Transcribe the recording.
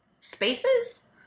spaces